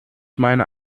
meine